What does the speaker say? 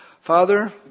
Father